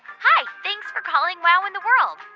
hi. thanks for calling wow in the world.